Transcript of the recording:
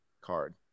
card